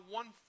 one